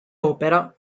opera